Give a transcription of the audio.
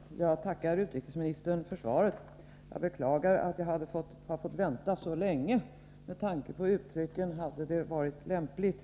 Herr talman! Jag tackar utrikesministern för svaret, men jag beklagar att det dröjt så länge. Med tanke på de uttryck som använts hade det varit lämpligt